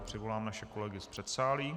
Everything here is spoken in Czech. Přivolám naše kolegy z předsálí.